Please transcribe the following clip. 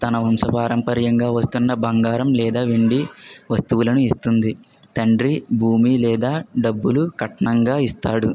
తన వంశపారంపర్యంగా వస్తున్న బంగారం లేదా వెండి వస్తువులను ఇస్తుంది తండ్రి భూమి లేదా డబ్బులు కట్నంగా ఇస్తాడు